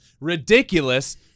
ridiculous